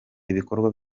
ibikorwa